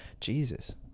Jesus